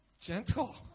gentle